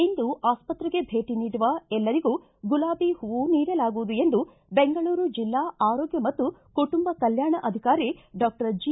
ಇಂದು ಆಸ್ಪತ್ರೆಗೆ ಭೇಟಿ ನೀಡುವ ಎಲ್ಲರಿಗೂ ಗುಲಾಬಿ ಹೂವು ನೀಡಲಾಗುವುದು ಎಂದು ಬೆಂಗಳೂರು ಜಿಲ್ಲಾ ಆರೋಗ್ಯ ಮತ್ತು ಕುಟುಂಬ ಕಲ್ಕಾಣಾಧಿಕಾರಿ ಡಾಕ್ಟರ್ ಜಿ